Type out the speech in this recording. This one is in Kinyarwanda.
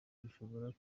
bishobora